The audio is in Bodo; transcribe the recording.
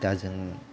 दा जों